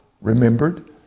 remembered